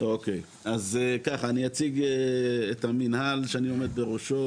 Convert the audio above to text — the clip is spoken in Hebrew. אני אציג את המנהל שאני עומד בראשו,